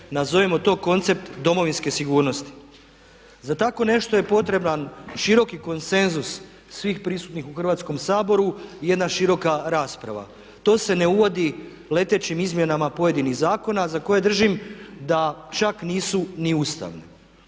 nazovimo to koncept domovinske sigurnosti. Za tako nešto je potreban široki konsenzus svih prisutnih u Hrvatskom saboru i jedna široka rasprava. To se ne uvodi letećim izmjenama pojedinih zakona za koje držim da čak nisu ni ustavne,